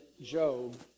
Job